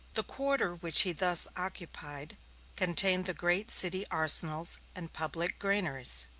the quarter which he thus occupied contained the great city arsenals and public granaries.